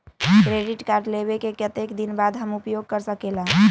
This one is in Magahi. क्रेडिट कार्ड लेबे के कतेक दिन बाद हम उपयोग कर सकेला?